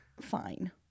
fine